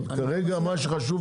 אבל כרגע מה שחשוב,